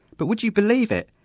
but would you believe it?